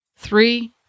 Three